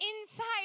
inside